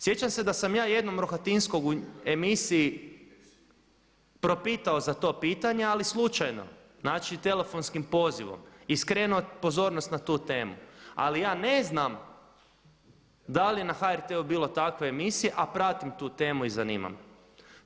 Sjećam se da sam ja jednom Rohatinskog u emisiji propitao za to pitanje ali slučajno, znači telefonskim pozivom i skrenuo pozornost na tu temu ali ja ne znam da li je na HRT-u bilo takve emisije a pratim tu temu i zanima me.